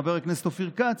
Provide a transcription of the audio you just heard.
חבר הכנסת אופיר כץ,